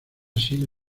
sido